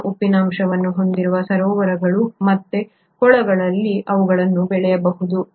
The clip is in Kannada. ಹೆಚ್ಚಿನ ಉಪ್ಪಿನಂಶವನ್ನು ಹೊಂದಿರುವ ಸರೋವರಗಳು ಮತ್ತು ಕೊಳಗಳಲ್ಲಿ ಅವುಗಳು ಬೆಳೆಯಬಹುದು